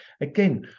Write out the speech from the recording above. Again